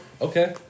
Okay